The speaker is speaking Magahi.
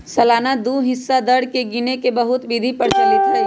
सालाना हिस्सा दर के गिने के बहुते विधि प्रचलित हइ